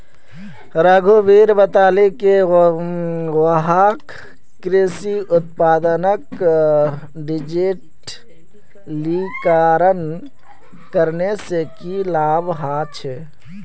रघुवीर बताले कि वहाक कृषि उत्पादक डिजिटलीकरण करने से की लाभ ह छे